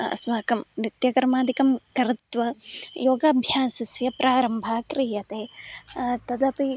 अस्माकं नित्यकर्मादिकं कृत्वा योगाभ्यासस्य प्रारम्भः क्रियते तदपि